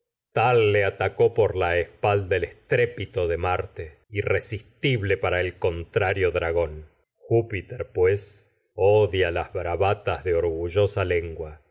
tal le atacó por la espalda el estrépito de marte irresistible para el las contrario dragón júpiter pues lengua y al ver que se odia aba el bravatas de orgullosa